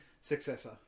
successor